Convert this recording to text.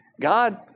God